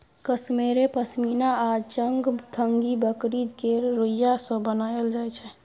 कश्मेरे पश्मिना आ चंगथंगी बकरी केर रोइयाँ सँ बनाएल जाइ छै